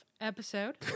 episode